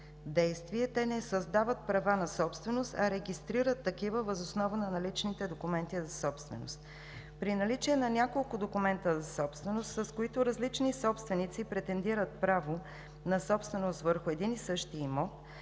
действие. Те не създават права на собственост, а регистрират такива въз основа на наличните документи за собственост. При наличие на няколко документа за собственост, с които различни собственици претендират за право на собственост върху един и същи имот,